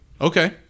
Okay